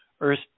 Earth